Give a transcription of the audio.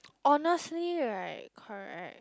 honestly right correct